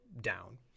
down